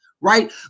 right